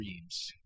dreams